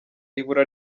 ibura